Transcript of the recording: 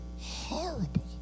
horrible